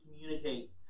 communicate